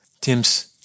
Tim's